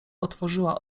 otworzyła